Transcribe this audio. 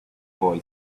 boy